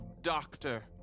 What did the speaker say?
doctor